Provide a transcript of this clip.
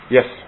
Yes